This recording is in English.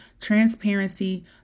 transparency